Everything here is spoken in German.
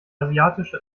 asiatische